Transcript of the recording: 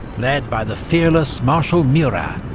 led by the fearless marshal murat,